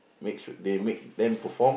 make shoot they make them perform